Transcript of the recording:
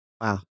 Wow